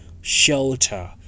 shelter